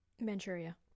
manchuria